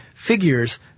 figures